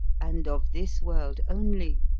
and of this world only.